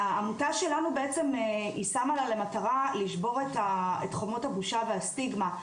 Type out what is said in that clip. העמותה שלנו שמה למטרה לשבור את חומות הבושה והסטיגמה.